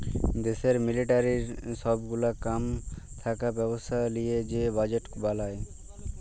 দ্যাশের মিলিটারির সব গুলা কাম থাকা ব্যবস্থা লিয়ে যে বাজেট বলায়